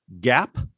gap